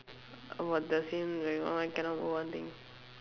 about the same I cannot go on thing